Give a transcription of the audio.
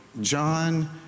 John